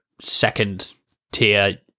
second-tier